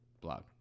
blog